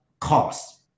cost